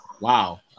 Wow